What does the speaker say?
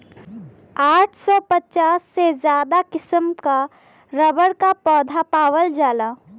आठ सौ पचास से ज्यादा किसिम क रबर क पौधा पावल जाला